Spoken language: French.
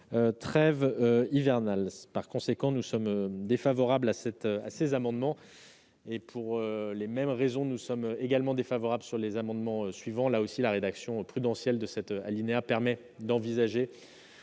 trêve hivernale. Par conséquent, nous sommes défavorables à ces trois amendements. Pour les mêmes raisons, nous sommes également défavorables aux amendements n 45 et 97. Là aussi, la rédaction prudente de cet alinéa permet de